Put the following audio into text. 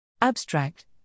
Abstract